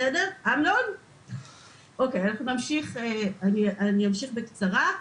אני אמשיך בקצרה.